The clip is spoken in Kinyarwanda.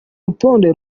rutonde